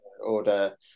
order